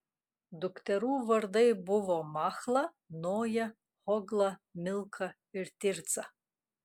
dukterų vardai buvo machla noja hogla milka ir tirca